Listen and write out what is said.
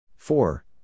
Four